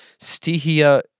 Stihia